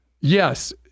Yes